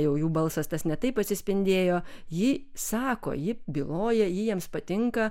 jau jų balsas tas ne taip atsispindėjo ji sako ji byloja ji jiems patinka